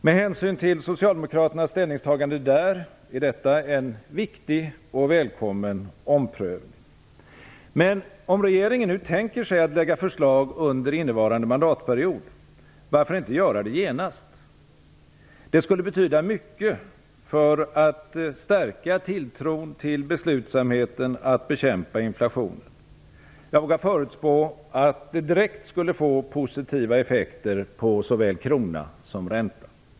Med hänsyn till socialdemokraternas ställning där är detta en viktig och välkommen omprövning. Men om regeringen nu tänker sig att lägga fram förslag under innevarande mandatperiod, varför inte göra det genast? Det skulle betyda mycket för att stärka tilltron till beslutsamheten att bekämpa inflationen. Jag vågar förutspå att det direkt skulle få positiva effekter på såväl kronan som räntan.